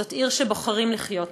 זאת עיר שבוחרים לחיות בה.